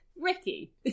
ricky